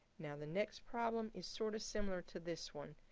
now the next problem is sort of similar to this one,